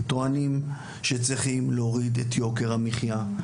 טוענים שצריכים להוריד את יוקר המחיה.